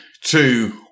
two